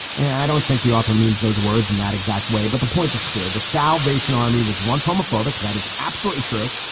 and i don't think the author means those words in that exact way. but the point is clear the salvation army was once homophobic. that is absolutely true.